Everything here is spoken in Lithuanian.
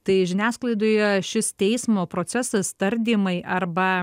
tai žiniasklaidoje šis teismo procesas tardymai arba